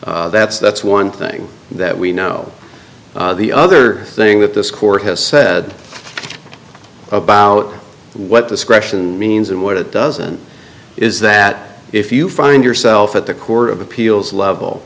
that's that's one thing that we know the other thing that this court has said about what discretion means and what it doesn't is that if you find yourself at the court of appeals level